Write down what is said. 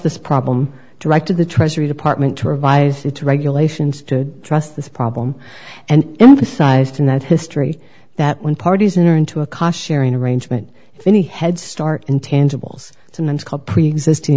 this problem directed the treasury department to revise its regulations to trust this problem and emphasized in that history that when parties in or into a cautionary an arrangement if any head start intangibles sometimes called preexisting